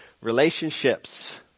Relationships